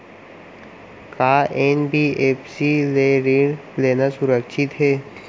का एन.बी.एफ.सी ले ऋण लेना सुरक्षित हे?